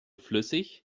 flüssig